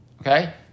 okay